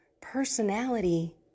personality